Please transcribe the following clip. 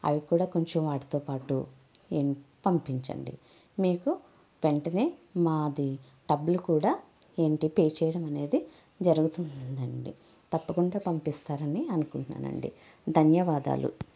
అవి కూడా కొంచెం వాటితో పాటు ఏం పంపించండి మీకు వెంటనే మాది డబ్బులు కూడా ఏంటి పే చేయడం అనేది జరుగుతుందండి తప్పకుండా పంపిస్తారని అనుకుంటున్నానండి ధన్యవాదాలు